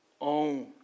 own